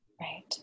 Right